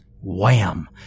Wham